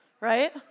right